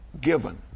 given